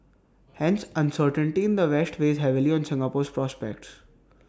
hence uncertainty in the west weighs heavily on Singapore's prospects